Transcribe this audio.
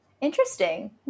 interesting